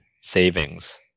savings